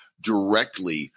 directly